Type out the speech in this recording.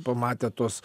pamatė tuos